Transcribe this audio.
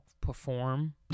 perform